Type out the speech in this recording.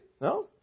No